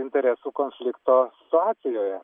interesų konflikto situacijoje